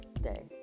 day